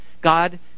god